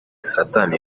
satani